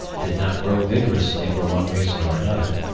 did not grow vigorously for one reason or another,